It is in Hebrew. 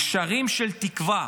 גשרים של תקווה.